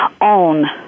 own